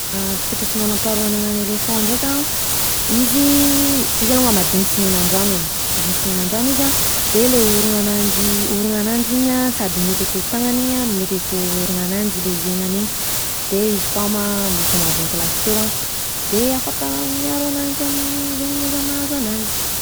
Toetra tsy manampaharoa ananan’ny elephant ndreka an, izyyy izy alongan madigny sy mihinan-drano e, madigny sy mihinan-drano izy an, de ilay orona ananjy orona ananjy an, sady mety atao tanana an ,mety atao orona ananjy ilay hiainany iny, izy koa ma ,efa maventy lasteo an, de afaka miaro ananjy amin’ny zegny loza mahazo ananjy.